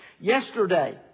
Yesterday